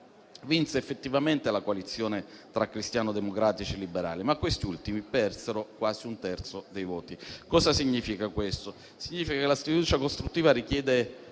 Vinse effettivamente la coalizione tra cristianodemocratici e liberali, ma questi ultimi persero quasi un terzo dei voti. Cosa significa questo? Significa che la sfiducia costruttiva richiede